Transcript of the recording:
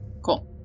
cool